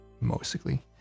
Mostly